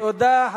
תודה,